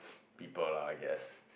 people lah I guess